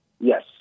Yes